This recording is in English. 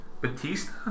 Batista